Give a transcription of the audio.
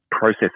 process